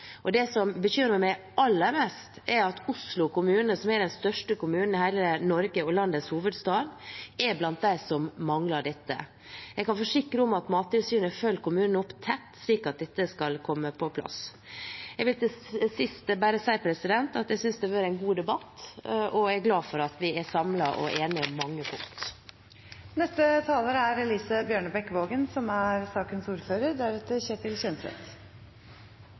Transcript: den. Det som bekymrer meg aller mest, er at Oslo kommune, som er den største kommunen i Norge og landets hovedstad, er blant dem som mangler dette. Jeg kan forsikre om at Mattilsynet følger kommunen opp tett, slik at dette skal komme på plass. Jeg vil til sist si at jeg synes at dette har vært en god debatt, og jeg er glad for at vi er samlet og enige om mange punkter. Ja, vi er samlet om de overordnede målene, men der skilles våre veier, for de sosiale forskjellene i helse øker. Som